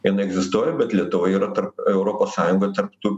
jin egzistuoja bet lietuva yra tarp europos sąjungoj tarp tų